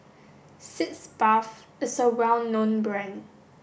Sitz Bath is a well known brand